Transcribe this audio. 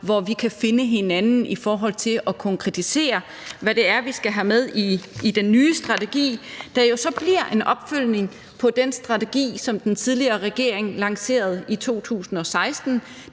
hvor vi kan finde hinanden i forhold til at konkretisere, hvad det er, vi skal have med i den nye strategi, der jo så bliver en opfølgning på den strategi, som den tidligere regering lancerede i 2016,